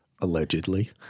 allegedly